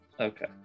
Okay